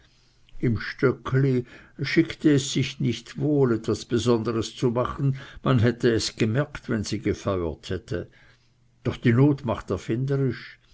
im stöckli schickte es sich nicht wohl etwas besonders zu machen man hätte es bemerkt wenn sie gefeuert hätte doch die not macht erfinderisch